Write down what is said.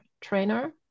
trainer